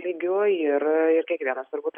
lygiu ir ir kiekvienas turbūt